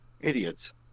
Idiots